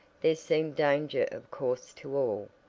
there seemed danger of course to all,